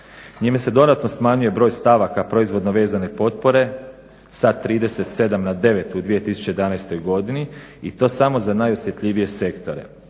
Njime se dodatno smanjuje broj stavaka proizvodno vezane potpore sa 37 na 9 u 2011. godini i to samo za najosjetljivije sektore.